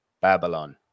Babylon